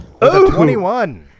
21